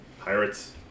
pirates